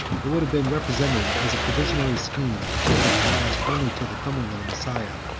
it would have been represented as a provisionary scheme intended to last only to the coming of the messiah,